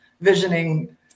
visioning